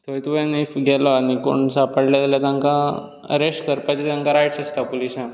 थंय तुवें एक गेलो आनी कोण सापडले जाल्यार तांका अरेस्ट करपाचे तांकां रायट्स आसता पुलिसांक